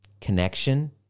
Connection